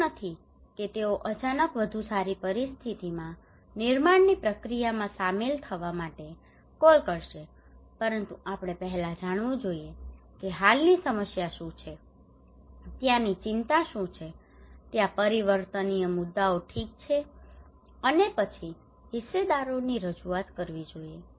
એવું નથી કે તેઓ અચાનક વધુ સારી પરિસ્થિતિમાં નિર્માણની પ્રક્રિયામાં સામેલ થવા માટે કોલ કરશે પરંતુ આપણે પહેલા જાણવું જોઈએ કે હાલની સમસ્યા શું છે ત્યાંની ચિંતા શું છે ત્યાં પ્રવર્તનીય મુદ્દાઓ ઠીક છે અને પછી હિસ્સેદારોની રજૂઆત કરવી જોઈએ